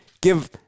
give